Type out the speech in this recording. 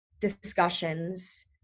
discussions